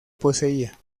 poseía